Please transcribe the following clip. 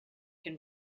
can